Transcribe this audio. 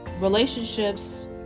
relationships